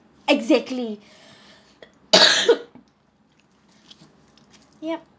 exactly yup